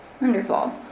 wonderful